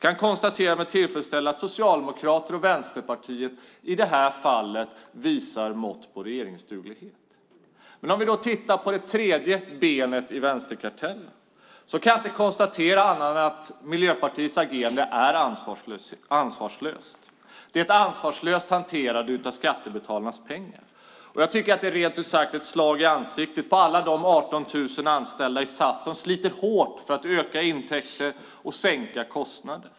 Jag kan med tillfredsställelse konstatera att socialdemokrater och vänsterpartister i det här fallet visar prov på regeringsduglighet. Men om vi tittar på det tredje benet i vänsterkartellen kan jag inte konstatera annat än att Miljöpartiets agerande är ansvarslöst och ett ansvarslöst hanterande av skattebetalarnas pengar. Det är rent ut sagt ett slag i ansiktet på alla de 18 000 anställda i SAS som sliter hårt för att öka intäkter och sänka kostnader.